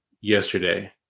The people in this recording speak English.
yesterday